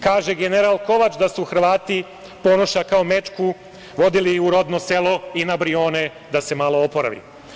Kaže, general Kovač da su Hrvati Ponoša kao mečku vodili u rodno selo i na Brione da se malo oporavi.